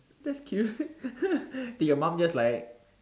that's cute did your mom just like